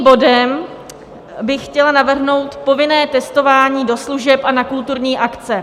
Druhým bodem bych chtěla navrhnout povinné testování do služeb a na kulturní akce.